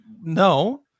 no